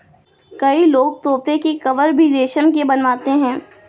कई लोग सोफ़े के कवर भी रेशम के बनवाते हैं